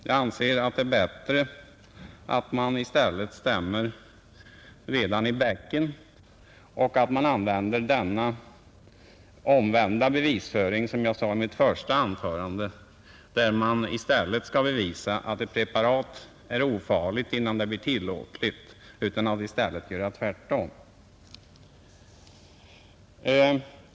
Jag anser det vara bättre att man stämmer redan i bäcken och att man använder den omvända bevisföring som jag talade om i mitt första anförande, nämligen att man skall bevisa att ett preparat är ofarligt för att det skall bli tillåtet i stället för tvärtom.